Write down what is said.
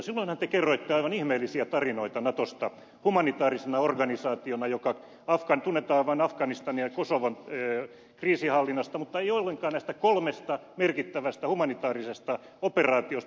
silloinhan te kerroitte aivan ihmeellisiä tarinoita natosta humanitäärisenä organisaationa joka tunnetaan vain afganistanin ja kosovon kriisinhallinnasta mutta ei ollenkaan näistä kolmesta merkittävästä humanitäärisestä operaatiosta